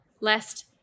lest